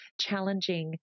challenging